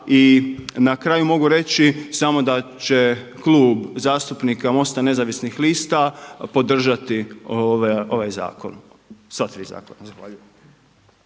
I na kraju mogu reći samo da će Klub zastupnika MOST-a Nezavisnih lista podržati ovaj zakon sva tri zakona.